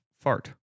Fart